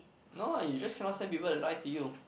no lah you just cannot stand people that lie to you